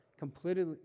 completely